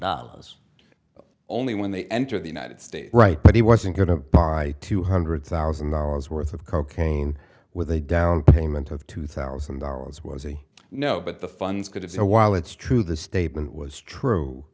dollars only when they enter the united states right but he wasn't going to buy two hundred thousand dollars worth of cocaine with a down payment of two thousand dollars was a no but the funds could have so while it's true the statement was true